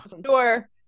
door